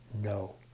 no